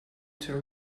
tell